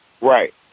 right